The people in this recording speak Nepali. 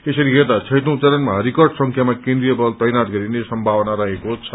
यसरी हेर्दा छैटी चरणमा रिकर्ड संख्यामा केन्द्रिय बल तैनाथ गरिने सम्मावना रहेको छ